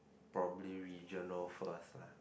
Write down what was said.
probably regional first uh